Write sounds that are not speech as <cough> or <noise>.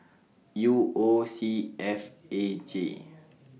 U O C F A J <noise>